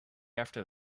after